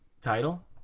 title